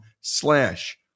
slash